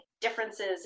differences